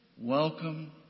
Welcome